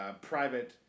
private